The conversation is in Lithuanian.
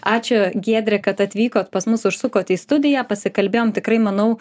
ačiū giedre kad atvykot pas mus užsukot į studiją pasikalbėjom tikrai manau